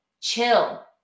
chill